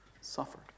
suffered